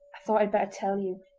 i thought i'd better tell you,